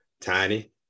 Tiny